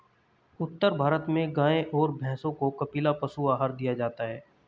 उत्तर भारत में गाय और भैंसों को कपिला पशु आहार दिया जाता है